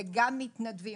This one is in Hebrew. וגם מתנדבים.